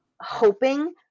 hoping